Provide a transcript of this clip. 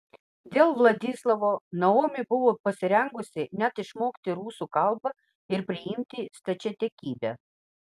dėl vladislavo naomi buvo pasirengusi net išmokti rusų kalbą ir priimti stačiatikybę